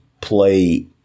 play